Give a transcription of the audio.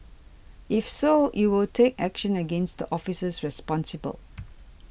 if so it will take action against the officers responsible